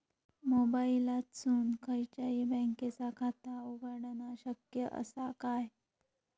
मोबाईलातसून खयच्याई बँकेचा खाता उघडणा शक्य असा काय?